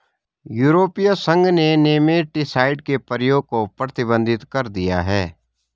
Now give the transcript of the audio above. यूरोपीय संघ ने नेमेटीसाइड के प्रयोग को प्रतिबंधित कर दिया है